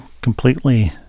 completely